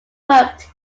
worked